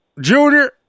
Junior